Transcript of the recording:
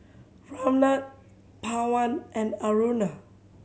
Ramnath Pawan and Aruna